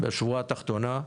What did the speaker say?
לשורה התחתונה,